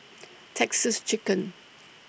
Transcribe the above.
Texas Chicken